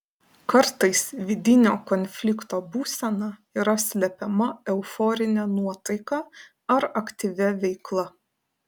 kartais vidinio konflikto būsena yra slepiama euforine nuotaika ar aktyvia veikla